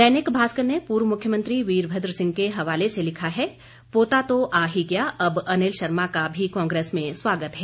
दैनिक भास्कर ने पूर्व मुख्यमंत्री वीरभद्र सिंह के हवाले से लिखा है पोता तो आ ही गया अब अनिल शर्मा का भी कांग्रेस में स्वागत है